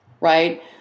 Right